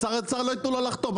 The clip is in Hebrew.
שר האוצר לא יתנו לו לחתום,